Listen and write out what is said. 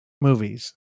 movies